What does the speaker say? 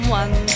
one